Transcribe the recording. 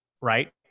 right